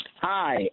Hi